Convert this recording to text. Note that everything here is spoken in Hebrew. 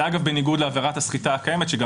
זה אגב בניגוד לעבירת הסחיטה הקיימת שגם